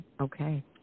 okay